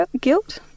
guilt